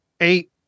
Eight